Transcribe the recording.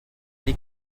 les